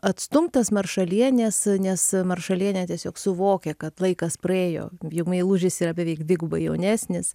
atstumtas maršalienės nes maršalienė tiesiog suvokia kad laikas praėjo jau meilužis yra beveik dvigubai jaunesnis